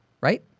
right